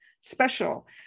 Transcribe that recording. special